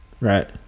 right